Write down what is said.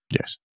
Yes